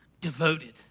Devoted